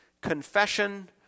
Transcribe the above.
confession